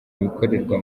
ibikorerwa